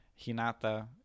Hinata